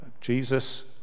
Jesus